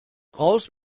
raus